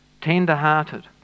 Tender-hearted